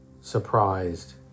surprised